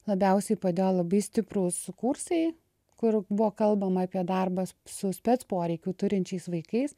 labiausiai padėjo labai stiprūs kursai kur buvo kalbama apie darbą su specporeikių turinčiais vaikais